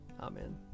Amen